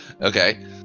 Okay